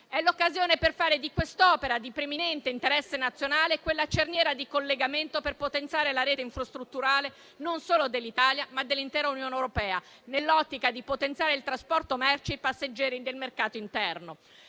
È l'occasione per fare di quest'opera, di preminente interesse nazionale, quella cerniera di collegamento per potenziare la rete infrastrutturale non solo dell'Italia, ma dell'intera Unione europea, nell'ottica di potenziare il trasporto merci e passeggeri del mercato interno.